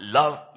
love